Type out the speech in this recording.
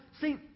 see